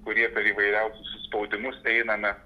kurie per įvairiausius suspaudimus einame